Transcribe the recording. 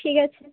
ঠিক আছে